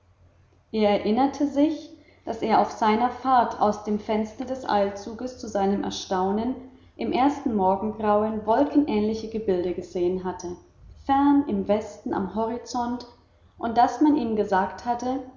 er erinnerte sich daß er auf seiner fahrt aus dem fenster des eilzugs zu seinem erstaunen im ersten morgengrauen wolkenähnliche gebilde gesehen hatte fern im westen am horizont und daß man ihm gesagt hatte